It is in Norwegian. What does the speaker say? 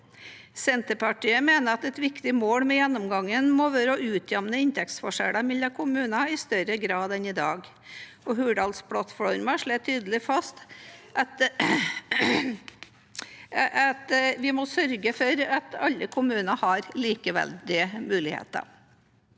Senterpartiet mener at et viktig mål med gjennomgangen må være å utjevne inntektsforskjeller mellom kommunene i større grad enn i dag. Hurdalsplattformen slår tydelig fast at vi må sørge for at alle kommuner har likeverdige muligheter.